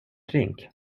drink